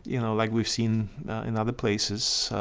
you know like we've seen in other places,